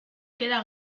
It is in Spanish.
queda